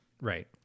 right